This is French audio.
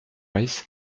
reiss